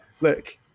look